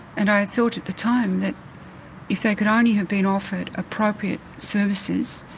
and i thought at the time that if they could only have been offered appropriate services,